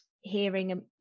hearing